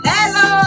Hello